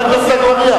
הכנסת עפו אגבאריה.